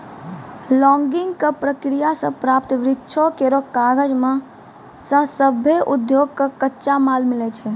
logging क प्रक्रिया सें प्राप्त वृक्षो केरो कागज सें सभ्भे उद्योग कॅ कच्चा माल मिलै छै